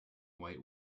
white